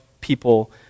people